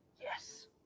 Yes